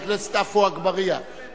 יושב-ראש הוועדה, להציג.